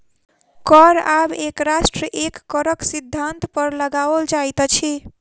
कर आब एक राष्ट्र एक करक सिद्धान्त पर लगाओल जाइत अछि